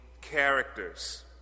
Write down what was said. characters